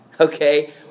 Okay